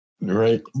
Right